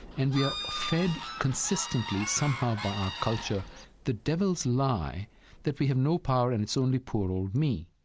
and we are fed consistently, somehow, by our culture the devil's lie that we have no power and it's only poor old me.